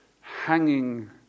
hanging